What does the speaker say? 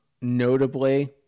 Notably